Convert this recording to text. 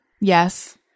Yes